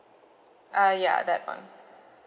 uh ya that [one]